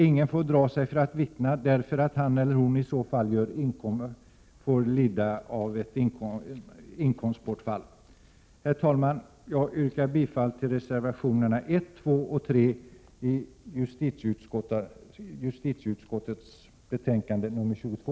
Ingen får dra sig för att vittna därför att han eller hon i så fall får lida inkomstbortfall. Herr talman! Jag yrkar bifall till reservationerna 1, 2 och 3 i justitieutskottets betänkande 22.